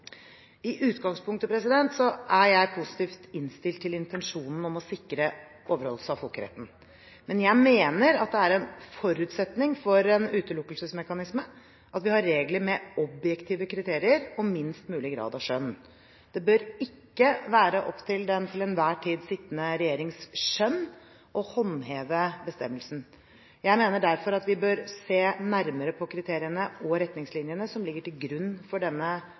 er jeg positivt innstilt til intensjonen om å sikre overholdelse av folkeretten. Men jeg mener at det er en forutsetning for en utelukkelsesmekanisme at vi har regler med objektive kriterier og minst mulig grad av skjønn. Det bør ikke være opp til den til enhver tid sittende regjerings skjønn å håndheve bestemmelsen. Jeg mener derfor vi bør se nærmere på kriteriene og retningslinjene som ligger til grunn for denne